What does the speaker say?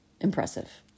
impressive